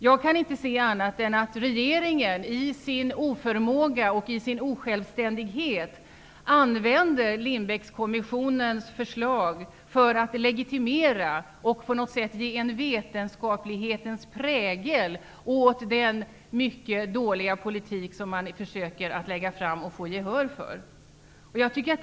Jag kan inte se annat än att regeringen i sin oförmåga och osjälvständighet använder Lindbeckkommissionens förslag för att legitimera och på något sätt ge en vetenskaplighetens prägel åt den mycket dåliga politik som man nu lägger fram och försöker få gehör för.